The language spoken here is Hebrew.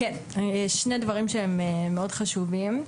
כן שני דברים שהם מאוד חשובים.